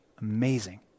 amazing